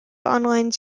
online